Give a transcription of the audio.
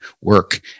work